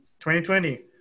2020